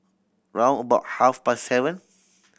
round about half past seven